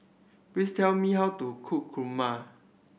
please tell me how to cook kurma